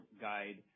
guide